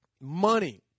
Money